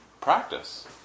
practice